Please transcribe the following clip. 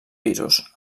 pisos